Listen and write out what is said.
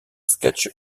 sketch